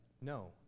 no